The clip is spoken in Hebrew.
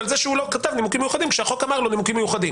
שהוא לא כתב נימוקים מיוחדים כאשר החוק אמר לו נימוקים מיוחדים.